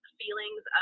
feelings